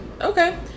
okay